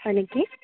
হয় নেকি